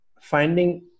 finding